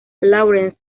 lawrence